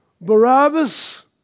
Barabbas